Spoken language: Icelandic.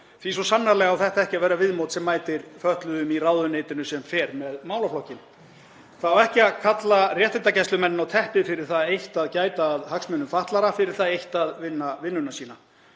að svo sannarlega á þetta ekki að vera viðmótið sem mætir fötluðum í ráðuneytinu sem fer með málaflokkinn. Það á ekki að kalla réttindagæslumennina á teppið fyrir það eitt að gæta að hagsmunum fatlaða, fyrir það eitt að vinna vinnuna sína.